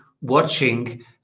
watching